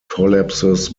collapses